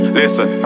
listen